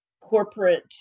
corporate